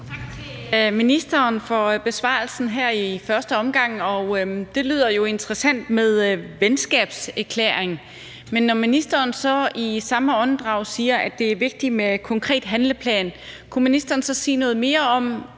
Tak til ministeren for besvarelsen her i første omgang. Det lyder jo interessant med en venskabserklæring, men når ministeren så i samme åndedrag siger, at det er vigtigt med en konkret handleplan, kunne ministeren så sige noget mere om